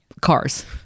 cars